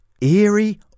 Eerie